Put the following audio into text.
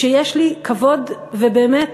שיש לי כבוד ובאמת